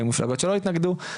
היו מפלגות שלא התנגדו,